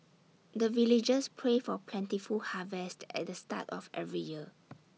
the villagers pray for plentiful harvest at the start of every year